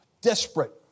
desperate